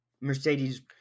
Mercedes